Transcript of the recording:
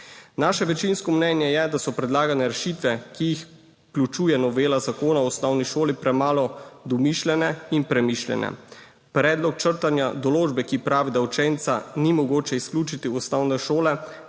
Naše večinsko mnenje je, da so predlagane rešitve, ki jih vključuje novela Zakona o osnovni šoli, premalo domišljene in premišljene. Predlog črtanja določbe, ki pravi, da učenca ni mogoče izključiti v osnovne šole,